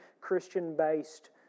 Christian-based